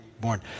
born